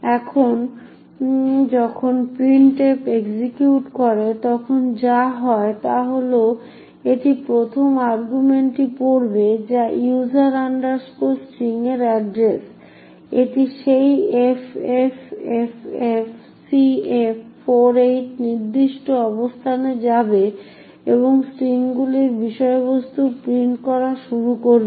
এখন যখন printf execute করে তখন যা হয় তা হল যে এটি প্রথম আর্গুমেন্টটি পড়বে যা user string এর অ্যাড্রেস এটি সেই ffffcf48 নির্দিষ্ট অবস্থানে যাবে এবং স্ট্রিংগুলির বিষয়বস্তু প্রিন্ট করা শুরু করবে